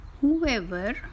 whoever